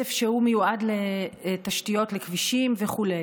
כסף שמיועד לתשתיות, לכבישים וכו'.